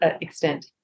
extent